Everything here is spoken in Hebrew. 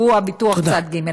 שהוא ביטוח צד ג'.